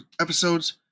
episodes